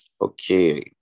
Okay